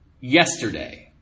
yesterday